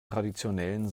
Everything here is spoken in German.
traditionellen